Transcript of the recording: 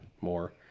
more